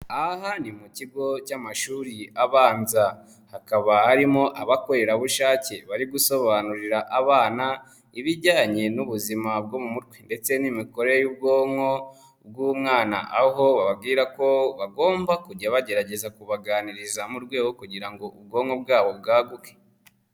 Aha ni mu kigo cy'amashuri abanza, hakaba harimo abakorerabushake bari gusobanurira abana ibijyanye n'ubuzima bwo mu mutwe ndetse n'imikorere y'ubwonko bw'umwana, aho bababwira ko bagomba kujya bagerageza kubaganiriza mu rwego rwo kugira ngo ubwonko bwabo bwaguke.